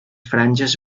franges